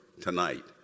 tonight